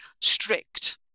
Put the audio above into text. strict